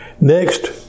Next